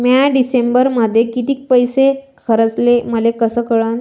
म्या डिसेंबरमध्ये कितीक पैसे खर्चले मले कस कळन?